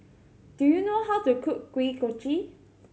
do you know how to cook Kuih Kochi